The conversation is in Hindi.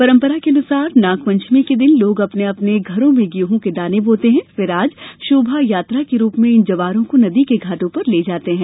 परंपरा के मुताबिक नागपंचमी के दिन लोग अपने अपने घरों में गेहूं के दाने बोते हैं फिर आज शोभायात्रा के रूप में इन जवारों को नदी के घाटों पर ले जाते हैं